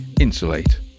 Insulate